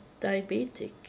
diabetic